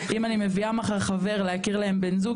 אם אני מביאה מחר חבר להכיר להם בן זוג,